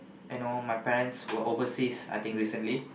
and my parents were overseas I think recently